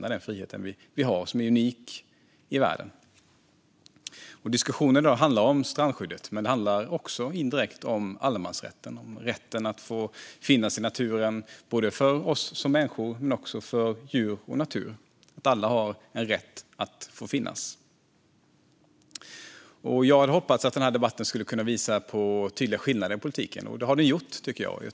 Den frihet som vi har är unik i världen. Diskussionen i dag handlar om strandskyddet, men den handlar också indirekt om allemansrätten - rätten att finnas i naturen, både för oss människor och för djuren. Alla har en rätt att finnas. Jag hade hoppats att denna debatt skulle visa på tydliga skillnader i politiken, och det har den gjort, tycker jag.